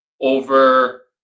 over